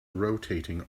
rotating